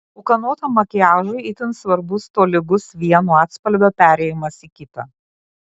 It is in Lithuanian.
ūkanotam makiažui itin svarbus tolygus vieno atspalvio perėjimas į kitą